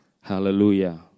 Hallelujah